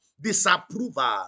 disapproval